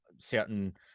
certain